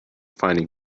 finding